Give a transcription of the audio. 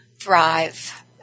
thrive